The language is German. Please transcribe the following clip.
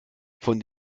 von